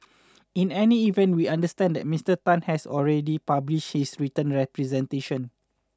in any event we understand that Mister Tan has already published his written representation